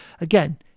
again